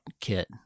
kit